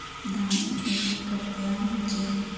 धानेर खेती कब तैयार होचे?